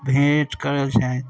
भेट करल जाइ